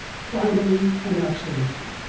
finally and absolutely,